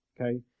okay